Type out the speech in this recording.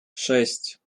шесть